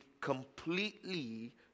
completely